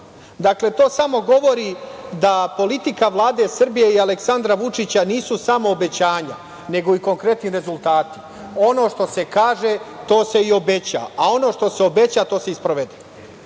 manja. Dakle, to samo govori da politika Vlade Srbije i Aleksandra Vučića nisu samo obećanja, nego i konkretni rezultati. Ono što se kaže to se i obeća, a ono što se obeća to se i sprovede.